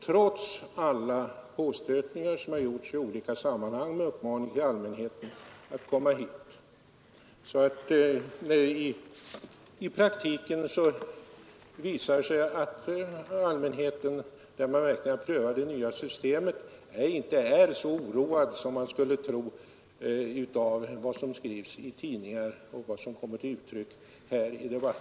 Trots alla de påstötningar som gjorts i olika sammanhang med uppmaningar till allmänheten att komma dit, infann sig, har det sagts mig, två personer som ville ta del av materialet. I praktiken visar det sig att allmänheten inte är så oroad inför det nya systemet som man skulle kunna tro av vad som skrivs i tidningar och kommer till uttryck här i debatten.